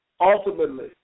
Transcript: ultimately